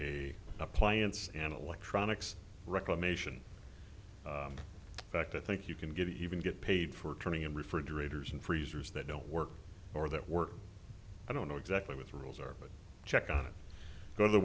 a appliance and electronics reclamation back to think you can get even get paid for turning in refrigerators and freezers that don't work or that work i don't know exactly what rules are check on it go to the